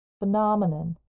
phenomenon